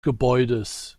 gebäudes